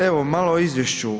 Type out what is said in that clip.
Evo, malo o izvješću.